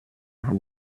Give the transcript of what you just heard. haben